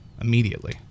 immediately